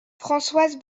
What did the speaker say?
françoise